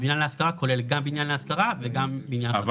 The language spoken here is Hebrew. בניין להשכרה כולל גם בניין להשכרה וגם בניין --- אבל